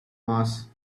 mars